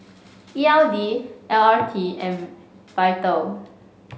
E L D L R T and Vital